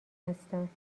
هستند